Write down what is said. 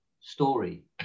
story